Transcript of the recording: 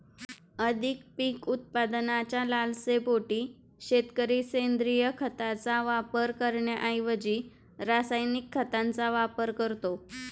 अधिक पीक उत्पादनाच्या लालसेपोटी शेतकरी सेंद्रिय खताचा वापर करण्याऐवजी रासायनिक खतांचा वापर करतो